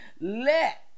let